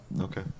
Okay